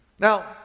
Now